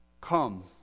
come